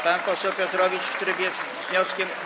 Pan poseł Piotrowicz w trybie, z wnioskiem.